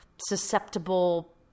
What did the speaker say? susceptible